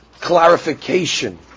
clarification